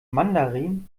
mandarin